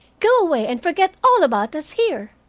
go away and forget all about us here.